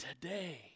today